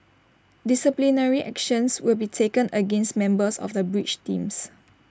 disciplinary actions will be taken against members of the bridge teams